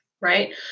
right